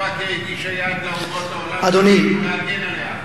שכשצ'כוסלובקיה הגישה יד לאומות העולם, להגן עליה.